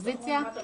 התש"ף-2020